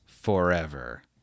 Forever